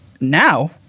now